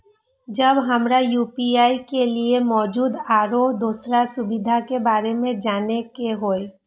जब हमरा यू.पी.आई के लिये मौजूद आरो दोसर सुविधा के बारे में जाने के होय?